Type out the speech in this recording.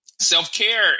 self-care